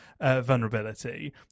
vulnerability